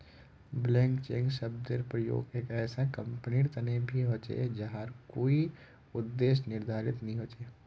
blank cheque शब्देर प्रयोग एक ऐसा कंपनीर तने भी ह छे जहार कोई उद्देश्य निर्धारित नी छ